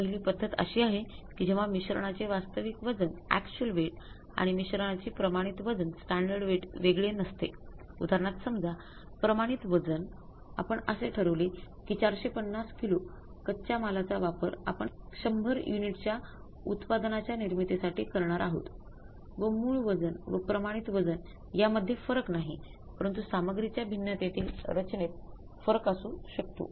पहिली पद्धत अशी आहे कि जेव्हा मिश्रणाचे वास्तविक वजन यामधेय फरक नाही परंतु सामग्रीच्या भिन्नतेतील रचनेत फरक असू शकतो